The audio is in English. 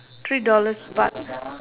three dollars but